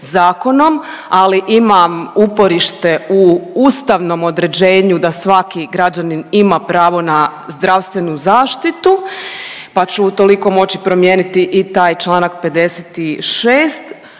ali ima uporište u ustavnom određenju da svaki građanin ima pravo na zdravstvenu zaštitu, pa ću utoliko moći promijeniti i taj čl. 56.